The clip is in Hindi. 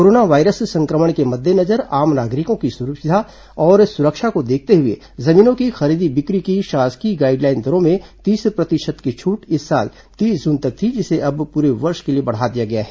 कोरोना वायरस संक्रमण के मद्देनजर आम नागरिकों की सुविधा और सुरक्षा को देखते हुए जमीनों की खरीदी बिक्री की शासकीय गाइडलाइन दरों में तीस प्रतिशत की छूट इस साल तीस जून तक थी जिसे अब पूरे वर्ष के लिए बढ़ा दिया गया है